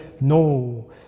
no